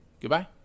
Goodbye